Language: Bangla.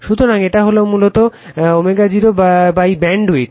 সুতরাং এটা মূলত W 0 BW ব্যাণ্ডউইড